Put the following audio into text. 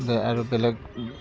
बे आरो बेलेग